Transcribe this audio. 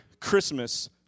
Christmas